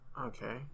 Okay